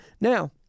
now